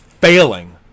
failing